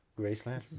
Graceland